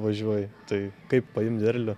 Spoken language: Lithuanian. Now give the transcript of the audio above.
važiuoji tai kaip paimt derlių